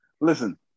Listen